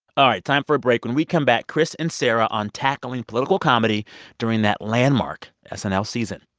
all right, time for a break. when we come back, chris and sarah on tackling political comedy during that landmark snl season.